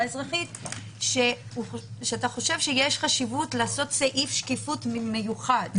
האזרחית שאתה חושב שיש חשיבות לעשות סעיף שקיפות מיוחד,